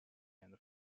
and